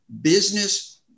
business